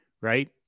Right